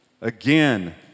again